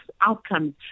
outcomes